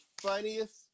funniest